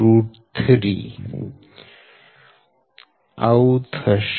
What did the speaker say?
N1N2N1N23 થશે